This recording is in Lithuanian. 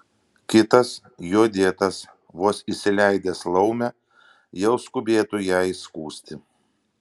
kitas juo dėtas vos įsileidęs laumę jau skubėtų ją įskųsti